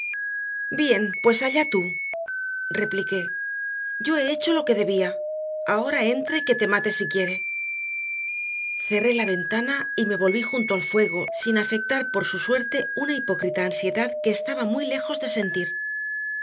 bien pues allá tú repliqué yo he hecho lo que debía ahora entra y que te mate si quiere cerré la ventana y me volví junto al fuego sin afectar por su suerte una hipócrita ansiedad que estaba muy lejos de sentir